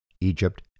Egypt